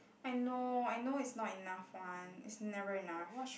I know I know it's not enough one it's never enough